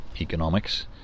economics